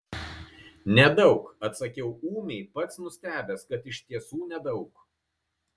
nedaug atsakiau ūmiai pats nustebęs kad iš tiesų nedaug